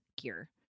gear